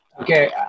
Okay